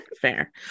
Fair